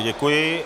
Děkuji.